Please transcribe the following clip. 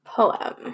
poem